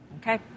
Okay